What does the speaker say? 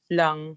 lang